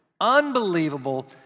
unbelievable